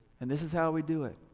and this is how we do it.